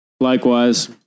Likewise